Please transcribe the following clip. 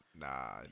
nah